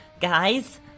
guys